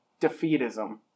defeatism